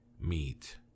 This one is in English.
meet